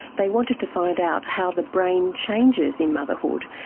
they wanted to find out how the brain changes in motherhood,